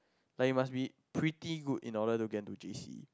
like you must be pretty good in order to get into J_C